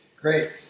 Great